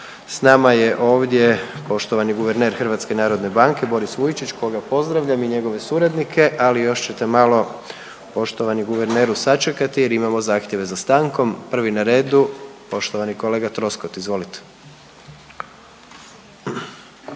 S nama je ovdje poštovani guverner HNB-a Boris Vujčić koga pozdravljam i njegove suradnike, ali još ćete malo poštovani guverneru sačekati jer imamo zahtjeve za stankom. Prvi na redu poštovani kolega Troskot. Izvolite.